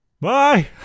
bye